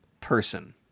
person